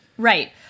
Right